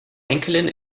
enkelin